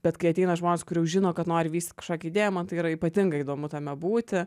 bet kai ateina žmonės kur jau žino kad nori vystyt kažkokią idėją man tai yra ypatingai įdomu tame būti